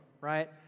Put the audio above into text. right